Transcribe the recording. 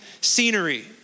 scenery